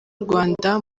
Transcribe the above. rwanda